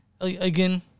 again